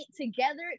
together